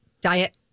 diet